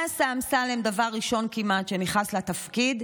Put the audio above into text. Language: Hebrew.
מה עשה אמסלם דבר ראשון כמעט כשנכנס לתפקיד,